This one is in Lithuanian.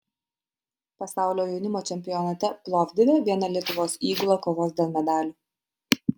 pasaulio jaunimo čempionate plovdive viena lietuvos įgula kovos dėl medalių